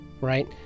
right